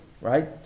Right